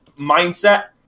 mindset